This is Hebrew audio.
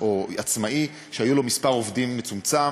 או עצמאי שהיה לו מספר עובדים מצומצם,